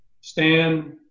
Stan